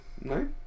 No